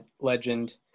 legend